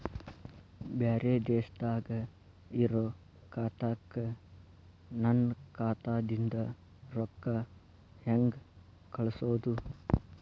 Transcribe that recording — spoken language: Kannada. ಬ್ಯಾರೆ ದೇಶದಾಗ ಇರೋ ಖಾತಾಕ್ಕ ನನ್ನ ಖಾತಾದಿಂದ ರೊಕ್ಕ ಹೆಂಗ್ ಕಳಸೋದು?